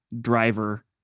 driver